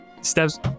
steps